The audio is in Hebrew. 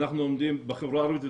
בחברה הערבית,